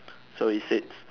so it said